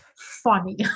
Funny